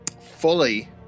fully